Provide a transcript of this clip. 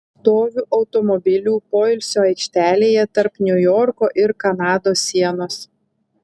stoviu automobilių poilsio aikštelėje tarp niujorko ir kanados sienos